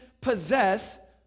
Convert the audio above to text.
possess